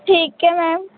ਠੀਕ ਹੈ ਮੈਮ